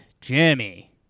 Jimmy